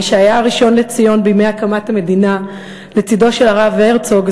מי שהיה הראשון לציון בימי הקמת המדינה לצדו של הרב הרצוג,